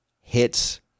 hits